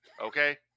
Okay